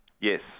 Yes